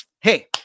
Hey